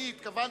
אני התכוונתי,